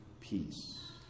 peace